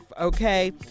okay